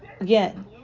again